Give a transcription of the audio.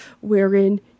wherein